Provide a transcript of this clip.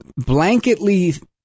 blanketly